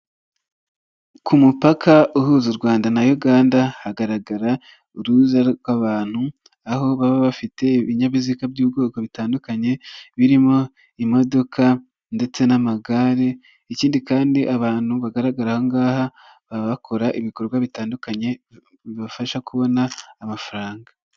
Ku mupaka uhuza u Rwanda na Uganda hagaragara uruza rw'abantu, aho baba bafite ibinyabiziga by'ubwoko butandukanye birimo imodoka ndetse n'amagare, ikindi kandi abantu bagaragara ahahangaha baba bakora ibikorwa bitandukanye bibafasha kubona amafaranga.